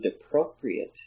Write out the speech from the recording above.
appropriate